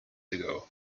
ago